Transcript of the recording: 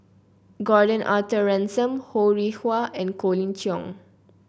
Gordon Arthur Ransome Ho Rih Hwa and Colin Cheong